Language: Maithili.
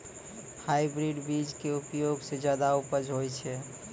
हाइब्रिड बीज के उपयोग सॅ ज्यादा उपज होय छै